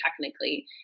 technically